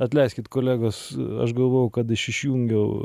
atleiskit kolegos aš galvojau kad aš išjungiau